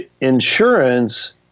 insurance